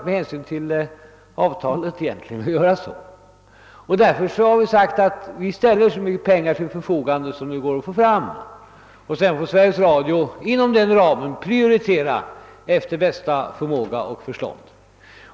Med hänsyn till avtalet vore det tvivelaktigt att göra så, och därför har vi sagt att vi ställer så mycket pengar till förfogande som det går att skaffa fram, varefter Sveriges Radio inom denna ram får prioritera efter bästa förstånd.